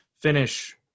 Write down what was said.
finish